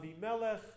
Avimelech